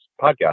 podcast